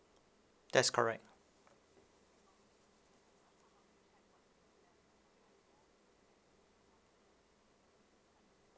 that's correct